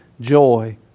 joy